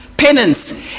Penance